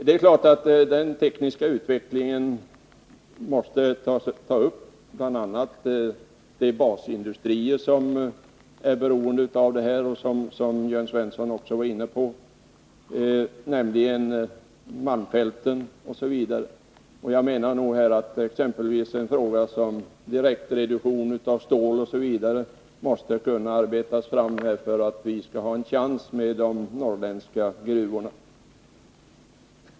Det är klart att den tekniska utvecklingen bl.a. måste avse de basindustrier som här kommer i fråga och som också Jörn Svensson var inne på, bl.a. malmfälten. Jag menar att vi t.ex. måste lösa problemet med direktreduktion av stål för att vi skall ha en chans med våra norrländska gruvor.